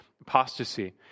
apostasy